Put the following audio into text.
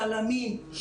צלמים,